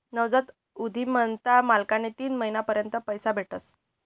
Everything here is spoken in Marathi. नवजात उधिमताना मालकले तीन महिना पर्यंत पैसा भेटस